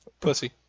Pussy